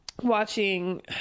watching